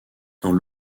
dans